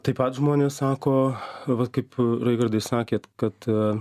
taip pat žmonės sako va kaip raigardai sakėt kad